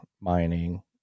mining